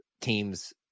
teams